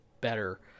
better